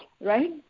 right